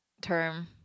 term